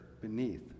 beneath